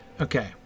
Okay